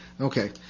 Okay